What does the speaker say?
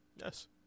Yes